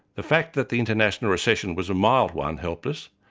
the fact that the international recession was a mild one helped us,